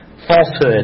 Falsehood